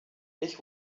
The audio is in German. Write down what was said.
ich